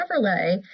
Chevrolet